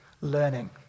learning